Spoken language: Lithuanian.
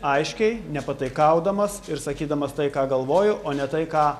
aiškiai nepataikaudamas ir sakydamas tai ką galvoju o ne tai ką